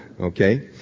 okay